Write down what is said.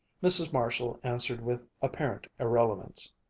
mrs. marshall answered with apparent irrelevance,